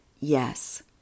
yes